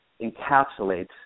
encapsulates